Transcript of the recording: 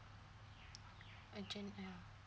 urgent ya